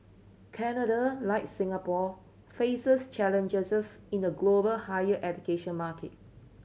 Canada like Singapore faces challenges in a global higher education market